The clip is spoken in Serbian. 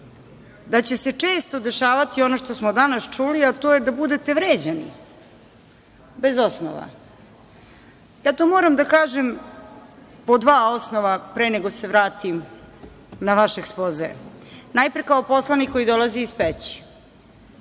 da će se često dešavati ono što smo danas čuli, a to je da budete vređani bez osnova. Ja to moram da kažem po dva osnova pre nego se vratim na vaš ekspoze. Najpre, kao poslanik koji dolazi iz Peći